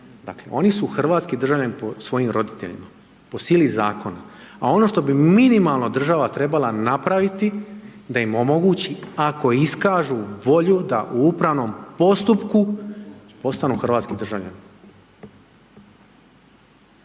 Dakle oni su hrvatski državljani po svojim roditeljima, po sili zakona. A ono što bi minimalno država trebala napraviti da im omogući ako iskažu volju da u upravnom postupku postanu hrvatski državljani.